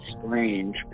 strange